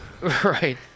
Right